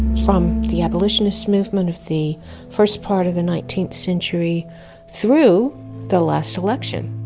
from the abolitionist movement of the first part of the nineteenth century through the last election.